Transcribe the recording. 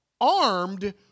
armed